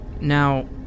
Now